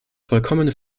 vollkommene